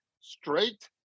straight